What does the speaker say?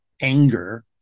anger